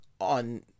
on